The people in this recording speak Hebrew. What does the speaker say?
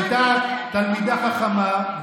הייתה תלמידה חכמה.